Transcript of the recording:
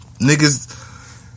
Niggas